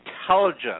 intelligent